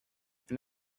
and